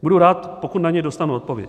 Budu rád, pokud na něj dostanu odpověď.